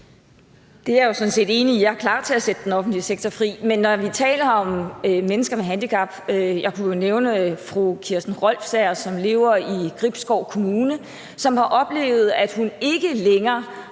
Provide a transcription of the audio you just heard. Det er jeg sådan set enig i. Jeg er klar til at sætte den offentlige sektor fri. Men vi taler om mennesker med handicap. Jeg kunne jo nævne fru Kirsten Rolfsager, som lever i Gribskov Kommune, som har oplevet, at hun ikke længere